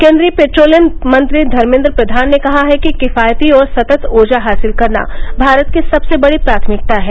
केन्द्रीय पेट्रोलियम मंत्री धर्मेद्र प्रधान ने कहा है कि किफायती और सतत ऊर्जा हासिल करना भारत की सबसे बड़ी प्राथमिकता है